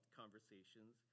conversations